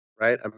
right